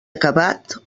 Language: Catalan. acabat